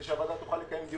כדי שהוועדה תוכל לקיים דיון